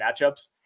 matchups